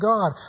God